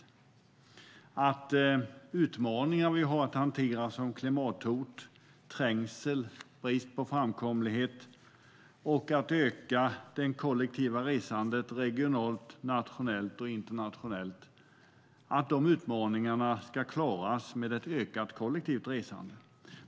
Man menar att utmaningar vi har att hantera, som klimathot, trängsel, brist på framkomlighet och att öka det kollektiva resandet regionalt, nationellt och internationellt ska klaras med ett ökat kollektivt resande.